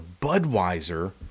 Budweiser